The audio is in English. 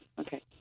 Okay